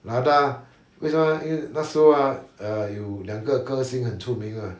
lada 为什么因为那时候 err 有两个歌星很出名 ah